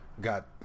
got